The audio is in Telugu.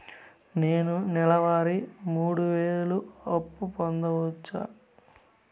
నేను నెల వారి మూడు వేలు అప్పు పొందవచ్చా?